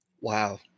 Wow